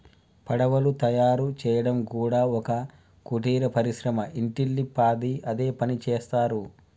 పడవలు తయారు చేయడం కూడా ఒక కుటీర పరిశ్రమ ఇంటిల్లి పాది అదే పనిచేస్తరు